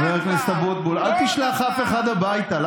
חבר הכנסת אבוטבול, אל תשלח אף אחד הביתה.